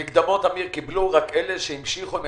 את המקדמות קיבלו אבל אלה שהמשיכו עם